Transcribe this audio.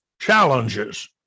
challenges